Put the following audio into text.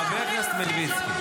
חבר הכנסת מלביצקי.